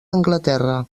anglaterra